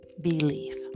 Believe